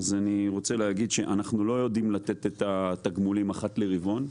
אני רוצה לומר שאנחנו לא יודעים לתת התגמולים אחת לרבעון.